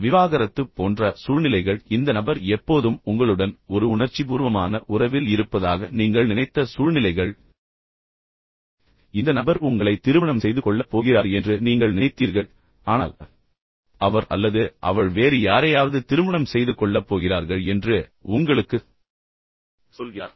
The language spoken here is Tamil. விவாகரத்து போன்ற சூழ்நிலைகள் இந்த நபர் எப்போதும் உங்களுடன் ஒரு உணர்ச்சிபூர்வமான உறவில் இருப்பதாக நீங்கள் நினைத்த சூழ்நிலைகள் இந்த நபர் உங்களை திருமணம் செய்து கொள்ளப் போகிறார் என்று நீங்கள் நினைத்தீர்கள் ஆனால் பின்னர் இந்த நபர் வந்து அவர் அல்லது அவள் வேறு யாரையாவது திருமணம் செய்து கொள்ளப் போகிறார்கள் என்று உங்களுக்குச் சொல்கிறார்